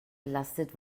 belastet